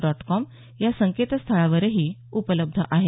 dot com या संकेतस्थळावरही उपलब्ध आहे